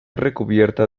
recubierta